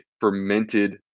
fermented